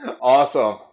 Awesome